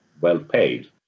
well-paid